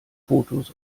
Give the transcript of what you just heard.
fotos